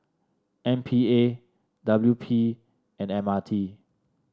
M P A W P and M R T